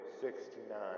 Sixty-nine